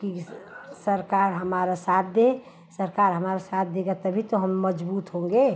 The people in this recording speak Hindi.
कि सरकार हमारा साथ दे सरकार हमारा साथ देगी तभी तो हम मज़बूत होंगे